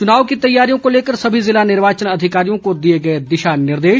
चुनाव की तैयारियों को लेकर सभी ज़िला निर्वाचन अधिकारियों को दिए दिशा निर्देश